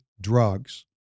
drugs